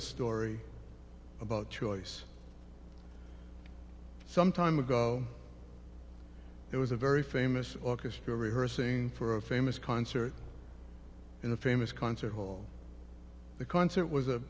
a story about choice some time ago there was a very famous orchestra rehearsing for a famous concert in the famous concert hall the concert was a